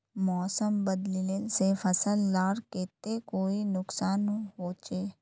मौसम बदलिले से फसल लार केते कोई नुकसान होचए?